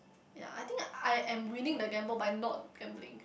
ya I think I am winning the gamble by not gambling